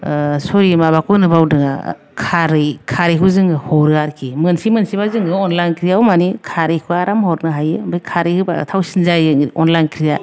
सरि माबाखौ होन्नो बावदों आङो खारै खारैखौ जोङो हरो आरोखि मोनसै मोनसैबा जोङो अनला ओंख्रियाव माने खारैखौ आराम हरनो हायो ओमफ्राय खारै होबा थावसिन जायो अनला ओंख्रिया